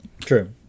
True